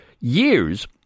years